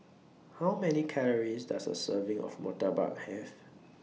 How Many Calories Does A Serving of Murtabak Have